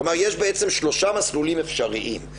כלומר, יש שלושה מסלולים אפשריים: